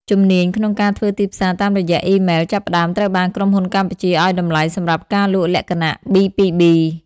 ជំនាញក្នុងការធ្វើទីផ្សារតាមរយៈអ៊ីមែល ចាប់ផ្តើមត្រូវបានក្រុមហ៊ុនកម្ពុជាឱ្យតម្លៃសម្រាប់ការលក់លក្ខណៈ B2B។